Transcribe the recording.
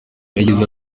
yagize